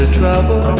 trouble